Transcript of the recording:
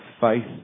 faith